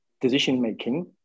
decision-making